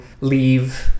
leave